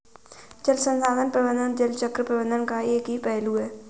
जल संसाधन प्रबंधन जल चक्र प्रबंधन का एक पहलू है